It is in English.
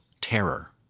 terror